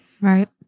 Right